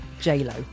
J-Lo